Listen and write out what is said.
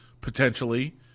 potentially